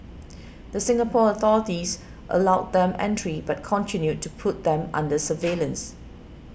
the Singapore authorities allowed them entry but continued to put them under surveillance